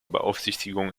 beaufsichtigung